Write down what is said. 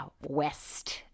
west